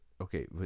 okay